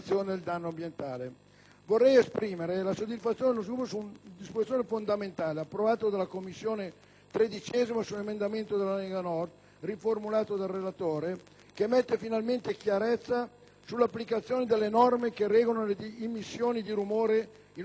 Vorrei esprimere la soddisfazione del nostro Gruppo su una disposizione fondamentale approvata dalla Commissione 13a su un emendamento della Lega Nord, riformulato dal relatore, che fa finalmente chiarezza sull'applicazione delle norme che regolano le immissioni di rumore in una proprietà privata.